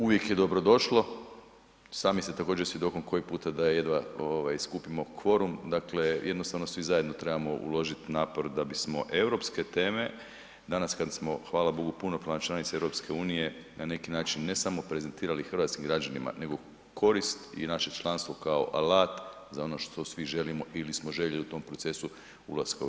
Uvijek je dobrodošli, sami ste također svjedokom da jedva skupimo kvorum, jednostavno svi zajedno trebamo uložiti napor da bismo europske teme, danas kad smo hvala Bogu punopravna članica EU na neki način, ne samo prezentirali hrvatskim građanima, nego i korist i naše članstvo kao alat za ono što svi želimo ili smo željeli u tom procesu ulaska u EU.